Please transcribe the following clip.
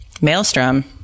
Maelstrom